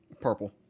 Purple